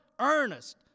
earnest